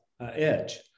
edge